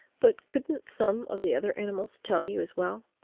but couldn't some of the other animals tell you as well?